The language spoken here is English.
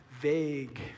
vague